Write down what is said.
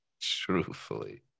Truthfully